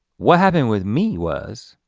what happened with me was,